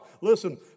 Listen